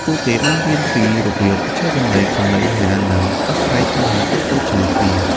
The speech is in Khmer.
ពួកគេបានរៀនពីរបៀបចែករំលែកចំណីអាហារ និងដោះស្រាយបញ្ហាតូចៗជាមួយគ្នា។